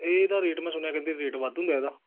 ਇਹਦਾ ਰੇਟ ਮੈਂ ਸੁਣਿਆ ਕਹਿੰਦੇ ਰੇਟ ਵੱਧ ਹੁੰਦਾ ਇਹਦਾ